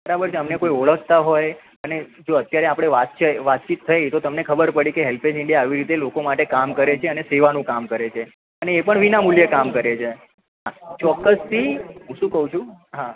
બરાબર છે અમને કોઈ ઓળખતા હોય અને જો અત્યારે આપણે વાત છે વાતચીત થઈ તો તમને ખબર પડી ગઈ હેલ્પેજ ઈન્ડિયા આવી રીતે લોકો માટે કામ કરે છે અને સેવાનું કામ કરે છે અને એ પણ વિનામૂલ્યે કામ કરે છે ચોક્કસથી હું શું કહું છું હા